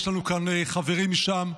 יש לנו חברים משם,